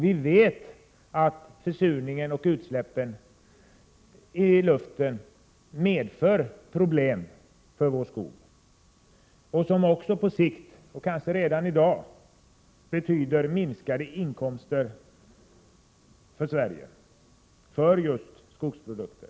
Vi vet att försurningen och utsläppen i luften medför problem för vår skog, som på sikt, och kanske redan i dag, betyder minskade inkomster för Sverige från just skogsprodukter.